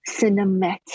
cinematic